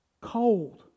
cold